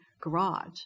garage